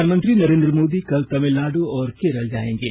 प्रधानमंत्री नरेंद्र मोदी कल तमिलनाडु और केरल जाएंगे